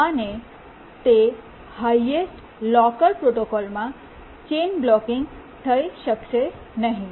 અને તે highest locker પ્રોટોકોલમાં ચેઇન બ્લૉકિંગ થઈ શકશે નહીં